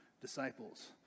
disciples